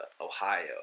Ohio